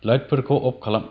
लाइटफोरखौ अफ खालाम